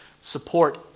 support